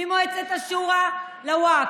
ממועצת השורא לווקף,